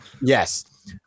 Yes